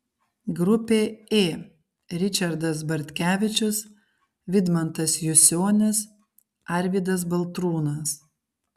grupė ė ričardas bartkevičius vidmantas jusionis arvydas baltrūnas